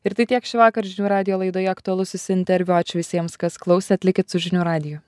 ir tai tiek šįvakar žinių radijo laidoje aktualusis interviu ačiū visiems kas klausė likit su žinių radiju